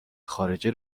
خارجه